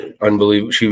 unbelievable